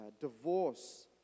divorce